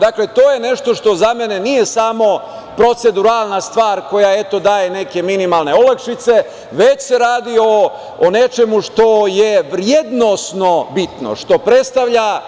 Dakle, to je nešto što za mene nije samo proceduralna stvar koja daje neke minimalne olakšice, već se radi o nečemu što je vrednosno bitno, što predstavlja